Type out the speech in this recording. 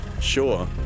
sure